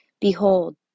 Behold